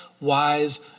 wise